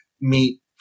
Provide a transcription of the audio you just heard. meet